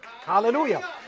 Hallelujah